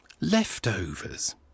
Leftovers